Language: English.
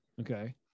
okay